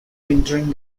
wintering